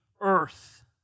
earth